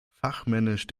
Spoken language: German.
fachmännisch